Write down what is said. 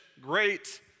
Great